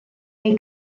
neu